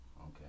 okay